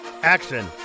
action